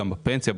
גם בפנסיה,